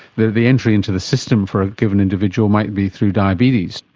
the the entry into the system for a given individual might be through diabetes.